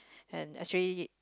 and especially